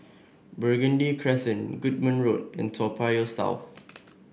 Burgundy Crescent Goodman Road and Toa Payoh South